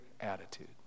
attitude